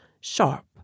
sharp